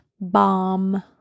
bomb